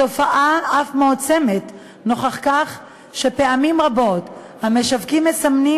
התופעה אף מועצמת נוכח כך שפעמים רבות המשווקים מסמנים